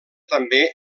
també